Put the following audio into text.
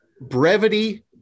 brevity